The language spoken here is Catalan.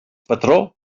patró